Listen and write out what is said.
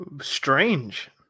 strange